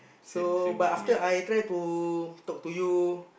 so but after I try to talk to you